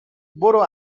برو